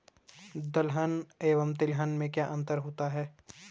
दलहन एवं तिलहन में क्या अंतर है?